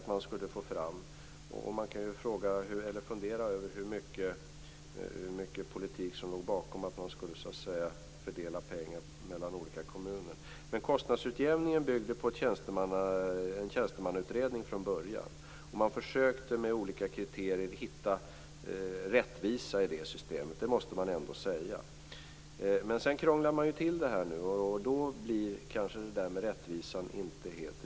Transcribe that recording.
Vi kan fundera över hur mycket politik som låg bakom tanken att man skulle fördela pengar mellan olika kommuner. Men kostnadsutjämningen byggde på en tjänstemannautredning från början. Man försökte med olika kriterier hitta rättvisa i det systemet. Det måste vi ändå säga. Sedan krånglade man till det. Då blir det kanske inte helt rättvist.